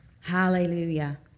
Hallelujah